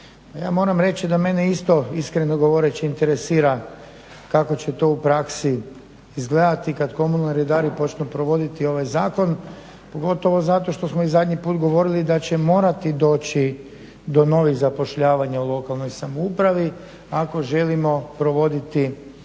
Ja moram reći da mene isto iskreno govoreći interesira kako će to u praksi izgledati kad komunalni redari počnu provoditi ovaj zakon, pogotovo zato što smo i zadnji put govorili da će morati doći do novih zapošljavanja u lokalnoj samoupravi ako želimo provoditi ovaj zakon.